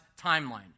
timeline